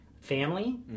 family